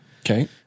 Okay